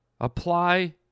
Apply